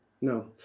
no